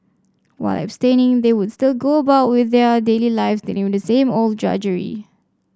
while abstaining they would still go about with their daily lives dealing with the same old drudgery